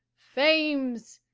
fames,